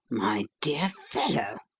my dear fellow,